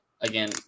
again